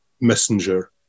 messenger